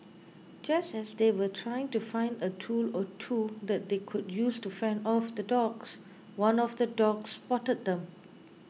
just as they were trying to find a tool or two that they could use to fend off the dogs one of the dogs spotted them